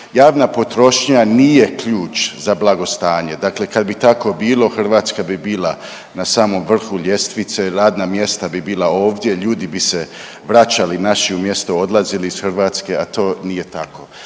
Javna potrošnja nije ključ za blagostanje, dakle kad bi tako bilo Hrvatska bi bila na samom vrhu ljestvica, radna mjesta bi bila ovdje, ljudi bi se vraćali naši umjesto odlazili iz Hrvatske, a to nije tako.